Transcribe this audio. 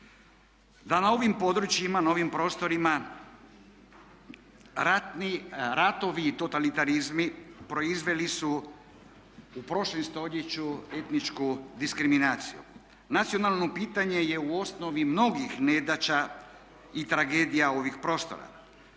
da na ovim područjima, na ovim prostorima ratovi i totalitarizmi proizveli su u prošlom stoljeću etničku diskriminaciju. Nacionalno pitanje je u osnovi mnogih nedaća i tragedija ovih prostora.